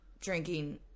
drinking